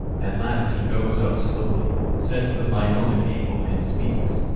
at last he goes up slowly, sets the light on the table and speaks.